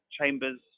Chambers